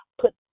put